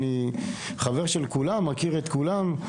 אני חבר של כולם ומכיר את כולם.."